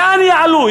לאן יעלו?